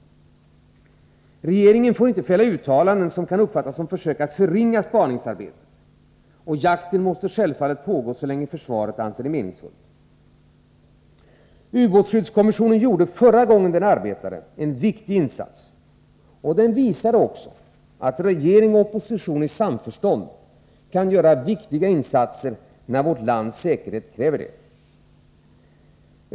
Regeringen får inte fälla uttalanden som kan uppfattas som försök att förringa spaningsarbetet. Jakten måste självfallet pågå så länge försvaret anser det meningsfullt. Ubåtsskyddskommissionen gjorde förra gången den arbetade en viktig insats. Den visade också att regering och opposition i samförstånd kan göra viktiga insatser när vårt lands säkerhet kräver det.